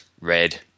red